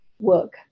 work